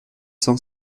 cent